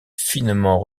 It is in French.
finement